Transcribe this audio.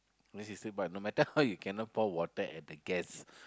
then she say but no matter how you cannot pour water at the gas